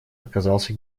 отказался